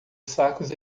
sacos